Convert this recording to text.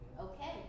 Okay